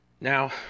Now